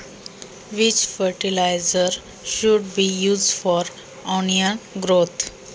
कांदा वाढीसाठी कोणते खत वापरावे?